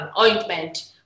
ointment